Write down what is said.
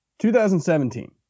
2017